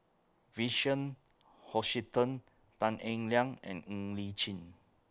Vincent Hoisington Tan Eng Liang and Ng Li Chin